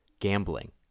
gambling